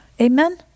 amen